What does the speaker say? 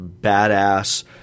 badass